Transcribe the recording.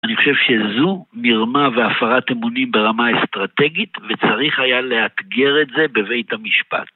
אני חושב שזו מרמה והפרת אמונים ברמה אסטרטגית, וצריך היה לאתגר את זה בבית המשפט.